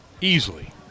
Easily